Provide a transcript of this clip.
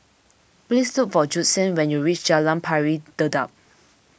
please look for Judson when you reach Jalan Pari Dedap